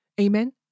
Amen